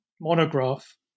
monograph